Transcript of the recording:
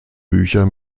bücher